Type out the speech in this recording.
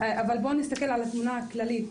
אבל בוא נסתכל על התמונה הכללית,